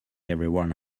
everyone